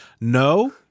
No